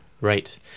Right